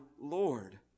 Lord